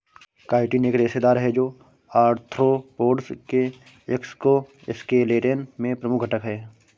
chitin एक रेशेदार है, जो आर्थ्रोपोड्स के एक्सोस्केलेटन में प्रमुख घटक है